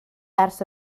ers